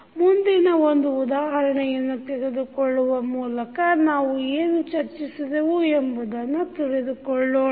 Slide Time 0423 ಮುಂದಿನ ಒಂದು ಉದಾಹರಣೆಯನ್ನು ತೆಗೆದುಕೊಳ್ಳುವ ಮೂಲಕ ನಾವು ಏನು ಚರ್ಚಿಸಿದೆವು ಎಂಬುದನ್ನು ತಿಳಿದುಕೊಳ್ಳೋಣ